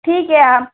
ठीक है हम